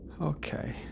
Okay